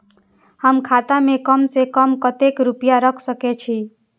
हम खाता में कम से कम कतेक रुपया रख सके छिए?